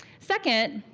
second,